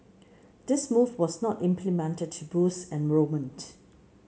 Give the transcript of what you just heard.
this move was not implemented to boost enrolment